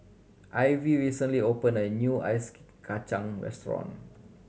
Ivie recently opened a new ice kachang restaurant